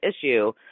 issue